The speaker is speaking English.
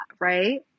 right